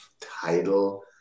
title